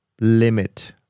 limit